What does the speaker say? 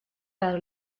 par